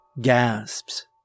gasps